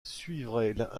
suivraient